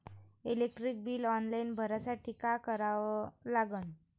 Electric bill online भरासाठी का करा लागन?